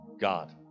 God